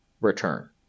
return